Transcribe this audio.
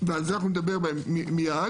ועל זה נדבר מיד